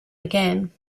began